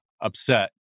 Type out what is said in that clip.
upset